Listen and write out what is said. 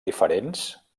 diferents